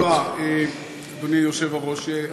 תודה רבה, אדוני היושב-ראש.